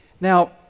Now